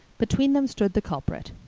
between them stood the culprit.